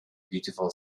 beautiful